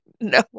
no